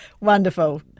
wonderful